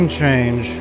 change